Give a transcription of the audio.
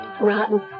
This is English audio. Rotten